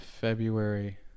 February